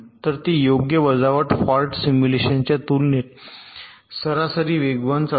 तरयोग्य वजावट फॉल्ट सिम्युलेशनच्या तुलनेत सरासरी वेगवान चालते